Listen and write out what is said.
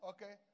Okay